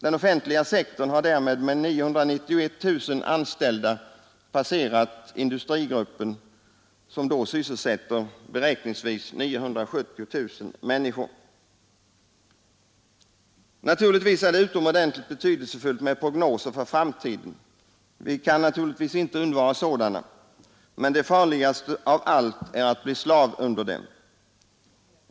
Den offentliga sektorn har därmed med 991 000 anställda passerat industrigruppen, som då sysselsätter 970 000 människor. Naturligtvis är det utomordentligt betydelsefullt med prognoser för framtiden, Vi kan inte undvara sådana. Men det farligaste av allt är att bli slav under dem.